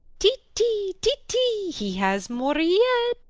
ti, ti, ti, ti. he has more yet.